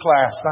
class